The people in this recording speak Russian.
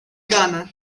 гана